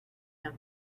him